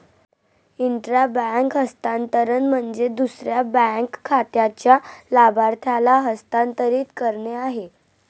intra bank हस्तांतरण म्हणजे दुसऱ्या बँक खात्याच्या लाभार्थ्याला हस्तांतरित करणे आहे